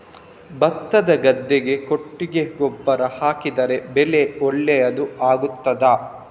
ಭತ್ತದ ಗದ್ದೆಗೆ ಕೊಟ್ಟಿಗೆ ಗೊಬ್ಬರ ಹಾಕಿದರೆ ಬೆಳೆ ಒಳ್ಳೆಯದು ಆಗುತ್ತದಾ?